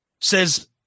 says